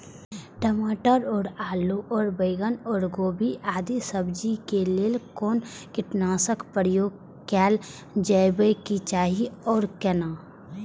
टमाटर और आलू और बैंगन और गोभी आदि सब्जी केय लेल कुन कीटनाशक प्रयोग कैल जेबाक चाहि आ कोना?